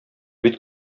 бит